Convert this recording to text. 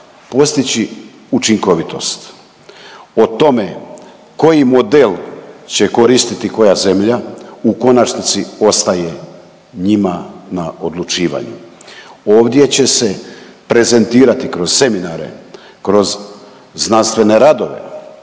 postići učinkovitost o tome koji model će koristiti koja zemlja u konačnici ostaje njima na odlučivanju. Ovdje će se prezentirati kroz seminare, kroz znanstvene radove,